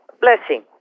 blessing